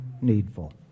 needful